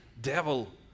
devil